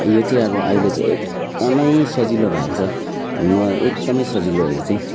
यो चाहिँ अब अहिले चाहिँ एकदमै सजिलो भएको छ म एकदमै सजिलो हो यो चाहिँ